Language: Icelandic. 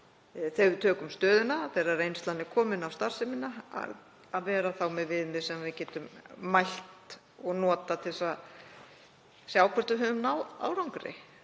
þegar við tökum stöðuna, þegar reynslan er komin á starfsemina, er gott að vera með viðmið sem við getum mælt og notað til þess að sjá hvort við höfum náð árangri,